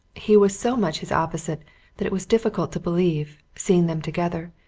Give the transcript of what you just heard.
he was so much his opposite that it was difficult to believe, seeing them together,